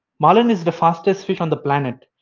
marlin is the fastest fish on the planet,